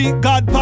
God